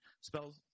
spells